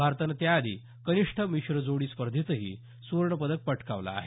भारतानं त्याआशी कनिष्ठ मिश्र जोडी स्पर्धेतही सुवर्णपदक पटकावलं आहे